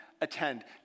attend